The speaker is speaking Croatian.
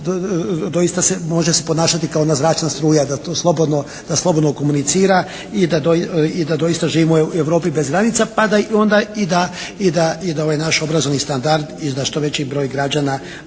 doista može se ponašati kao ona zračna struja. Da to slobodno, da slobodno komunicira i da doista živimo u Europi bez granica pa da onda i da, i da ovaj naš obrazovni standard i da što veći broj građana